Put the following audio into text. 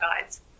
guides